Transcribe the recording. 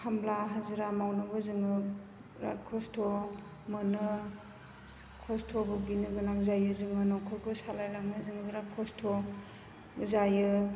खामला हाजिरा मावनांगौ जोङो बिराद खस्त' मोनो खस्त' भुगिनो गोनां जायो जोङो न'खरखौ सालाय लांनो जोङो बेराद खस्त' जायो